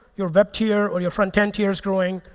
your web tier on your front end tier is growing,